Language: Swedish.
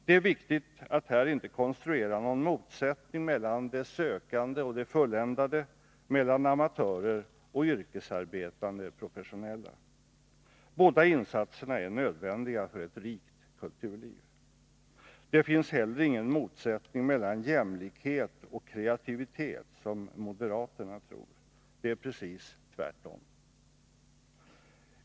Det är viktigt att här inte konstruera någon motsättning mellan det sökande och det fulländade, mellan amatörer och yrkesarbetande professionella. Båda insatserna är nödvändiga för ett rikt kulturliv. Det finns heller ingen motsättning mellan jämlikhet och kreativitet, som moderaterna tror. Det är precis tvärtom.